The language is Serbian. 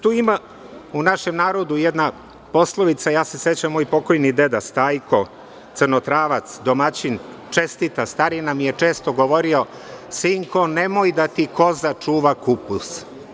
Tu ima u našem narodu jedna poslovica, ja se sećam moj pokojni deda Stajko, Crnotravac, domaćin, čestita starina mi je često govorio – sinko, nemoj da ti koza čuva kupus.